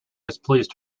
displeased